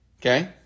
okay